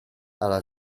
alla